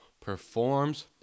performs